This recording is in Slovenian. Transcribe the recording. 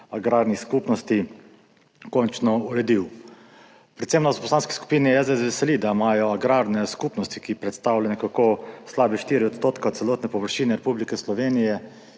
agrarnih skupnosti, končno uredil. Predvsem nas v Poslanski skupini SDS veseli, da imajo agrarne skupnosti, ki predstavlja nekako slabe 4 % celotne površine Republike Slovenije,